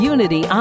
Unity